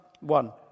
one